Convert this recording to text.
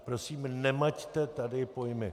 Prosím, nemaťte tady pojmy.